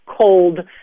cold-